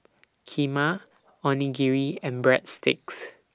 Kheema Onigiri and Breadsticks